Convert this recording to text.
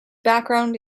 background